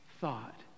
thought